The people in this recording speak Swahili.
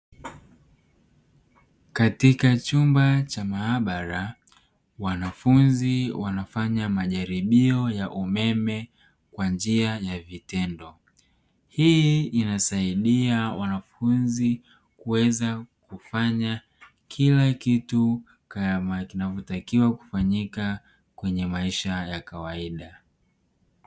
Katika chumba cha maabara wanafunzi wanafanya majaribio ya umeme kwa njia ya vitendo, hii inasaidia wanafunzi kuweza kufanya kila kitu kama kinavyotakiwa kufanyika kwenye maisha ya kawaida.